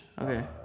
Okay